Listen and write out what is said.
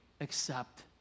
accept